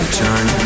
turn